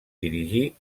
dirigir